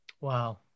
Wow